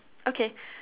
okay